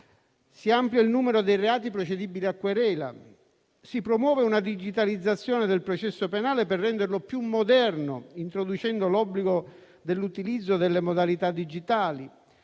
si amplia il numero dei reati procedibili a querela; si promuove una digitalizzazione del processo penale per renderlo più moderno, introducendo l'obbligo di utilizzo delle modalità digitali;